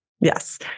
Yes